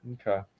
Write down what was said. Okay